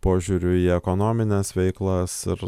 požiūriu į ekonomines veiklas ir